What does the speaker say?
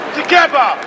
together